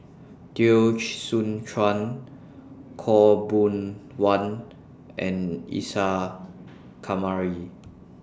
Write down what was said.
Teo Soon Chuan Khaw Boon Wan and Isa Kamari